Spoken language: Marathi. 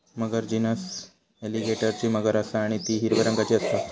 मगर जीनस एलीगेटरची मगर असा आणि ती हिरव्या रंगाची असता